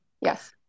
Yes